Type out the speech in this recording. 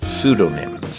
pseudonyms